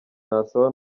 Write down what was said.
nasaba